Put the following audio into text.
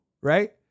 right